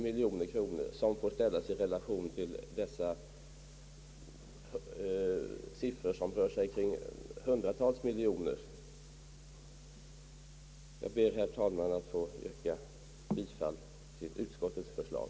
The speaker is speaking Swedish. Den siffran bör ställas i relation till de hundratals miljoner, som det här rör sig om. Jag ber, herr talman, att få yrka bifall till utskottets förslag.